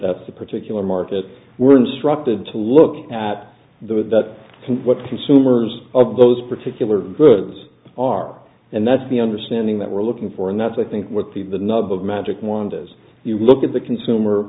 that's a particular market were instructed to look at the with that what consumers of those particular goods are and that's the understanding that we're looking for and that's i think what the the nub of magic wand is you look at the consumer